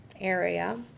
area